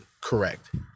correct